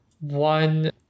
one